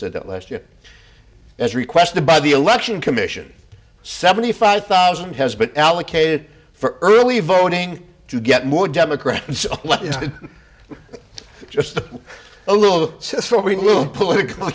said it last year as requested by the election commission seventy five thousand has been allocated for early voting to get more democrats just a little political